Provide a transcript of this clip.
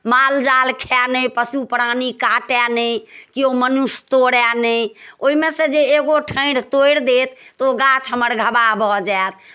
माल जाल खाए नहि पशु प्राणी काटए नहि कियो मनुष्य तोड़ए नहि ओहिमे सँ जे एगो ठाढ़ि तोड़ि देत तऽ ओ गाछ हमर घबाह भऽ जायत